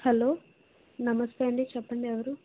hello నమస్తే అండి చెప్పండి ఎవరు